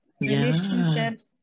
Relationships